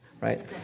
right